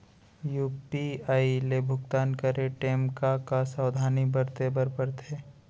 UPI ले भुगतान करे टेम का का सावधानी बरते बर परथे